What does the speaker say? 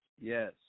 Yes